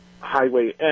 Highway